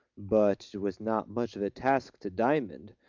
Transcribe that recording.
but it was not much of a task to diamond,